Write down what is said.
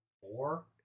Four